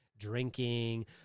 drinking